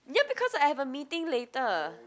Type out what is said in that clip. ya because I have a meeting later